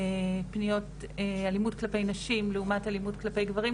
פניות אלימות כלפי נשים לעומת אלימות כלפי גברים,